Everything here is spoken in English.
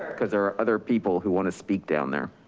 cause there are other people who wanna speak down there.